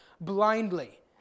blindly